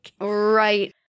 Right